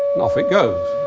off it goes.